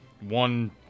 one